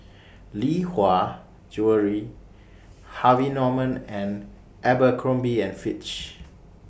Lee Hwa Jewellery Harvey Norman and Abercrombie and Fitch